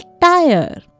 tire